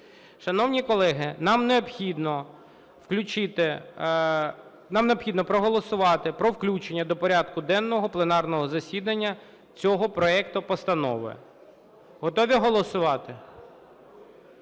включити… нам необхідно проголосувати про включення до порядку денного пленарного засідання цього проекту постанови. Готові голосувати?